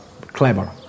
clever